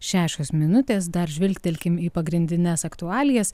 šešios minutės dar žvilgtelkim į pagrindines aktualijas